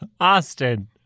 Austin